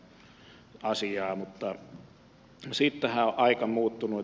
mutta siitähän on aika muuttunut